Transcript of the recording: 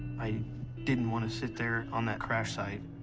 i didn't want to sit there on that crash site.